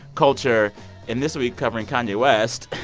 culture and this week, covering kanye west.